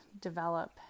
develop